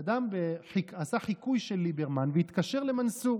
אדם עשה חיקוי של ליברמן, התקשר למנסור